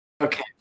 Okay